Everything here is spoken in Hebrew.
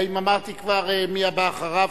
האם אמרתי כבר מי הבא אחריו?